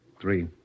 three